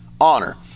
honor